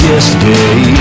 Yesterday